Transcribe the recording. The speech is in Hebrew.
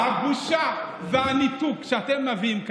הבושה והניתוק שאתם מביאים כאן,